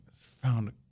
found